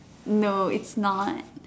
no it's not